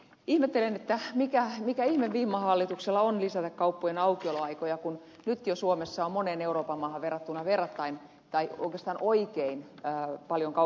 ihmettelen että se mikä on se mikä ihme vimma hallituksella on lisätä kauppojen aukioloaikoja kun nyt jo suomessa on moneen euroopan maahan verrattuna verrattain tai oikeastaan oikein paljon kaupat auki